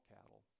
cattle